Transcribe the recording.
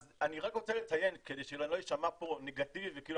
אני רק רוצה לציין כדי שלא אשמע נגטיבי וכאילו